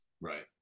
Right